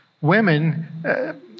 Women